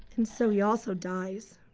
and so he also dies.